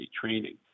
training